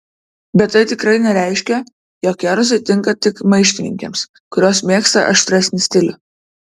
bet tai tikrai nereiškia jog kerzai tinka tik maištininkėms kurios mėgsta aštresnį stilių